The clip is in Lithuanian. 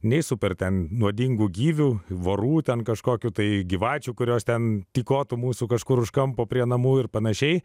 nei super ten nuodingų gyvių vorų ten kažkokių tai gyvačių kurios ten tykotų mūsų kažkur už kampo prie namų ir pan